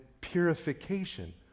purification